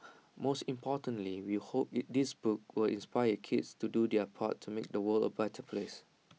most importantly we hope this this book will inspire kids to do their part to make the world A better place